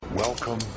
Welcome